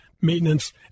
maintenance